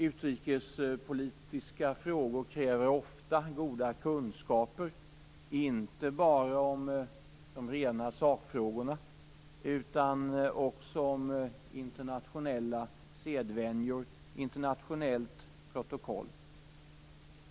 Utrikespolitiska frågor kräver ofta goda kunskaper inte bara om de rena sakfrågorna utan också om internationella sedvänjor och internationellt protokoll.